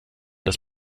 das